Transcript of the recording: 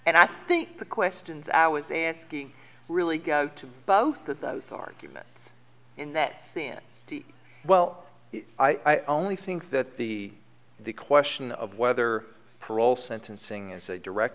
and i think the questions i was asking really got to both of those arguments in that well i only think that the the question of whether parole sentencing is a direct